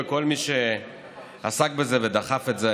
וכל מי שעסק בזה ודחף לזה,